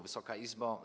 Wysoka Izbo!